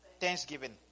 thanksgiving